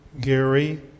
Gary